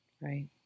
Right